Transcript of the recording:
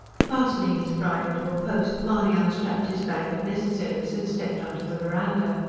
fastening his bridle to a post, mahony unstrapped his bag of necessaries and stepped on to the verandah.